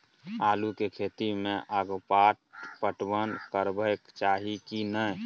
आलू के खेती में अगपाट पटवन करबैक चाही की नय?